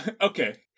Okay